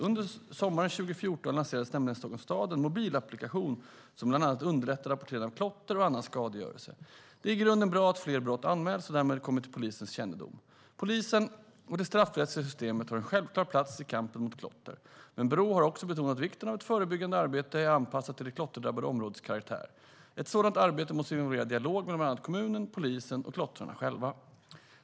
Under sommaren 2014 lanserade nämligen Stockholms stad en mobilapplikation som bland annat underlättar rapporteringen av klotter och annan skadegörelse. Det är i grunden bra att fler brott anmäls och därmed kommer till polisens kännedom. Polisen och det straffrättsliga systemet har en självklar plats i kampen mot klottret. Men Brå har också betonat vikten av att ett förebyggande arbete är anpassat till det klotterdrabbade områdets karaktär. Ett sådant arbete måste involvera dialog mellan bland annat kommunen, polisen och klottrarna själva.